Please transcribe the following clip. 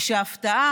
ושההפתעה,